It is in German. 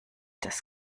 das